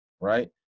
right